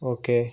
okay